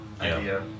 idea